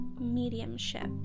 mediumship